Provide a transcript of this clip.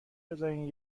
بذارین